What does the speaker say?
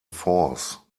force